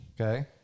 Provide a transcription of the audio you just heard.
okay